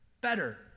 Better